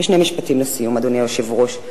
ושני משפטים לסיום, אדוני היושב-ראש.